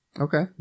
Okay